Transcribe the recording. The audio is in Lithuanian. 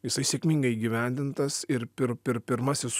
jisai sėkmingai įgyvendintas ir pir pir pirmasis